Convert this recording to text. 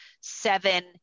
seven